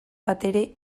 batere